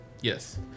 Yes